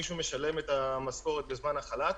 מישהו משלם את המשכורת בזמן החל"ת.